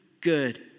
good